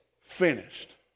finished